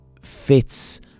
fits